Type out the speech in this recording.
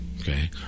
Okay